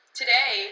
today